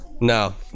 No